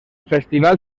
festival